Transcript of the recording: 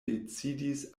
decidis